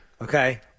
Okay